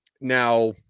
Now